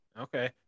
okay